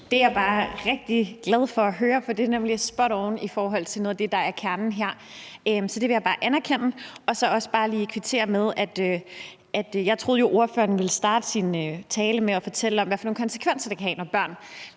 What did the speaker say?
Det er jeg bare rigtig glad for at høre, for det er nemlig spot on i forhold til noget af det, der er kernen her. Så det vil jeg bare anerkende, og så vil jeg også bare lige kvittere og sige, at jeg jo troede, at ordføreren ville starte sin tale med at fortælle om, hvilke konsekvenser det kan have, når børn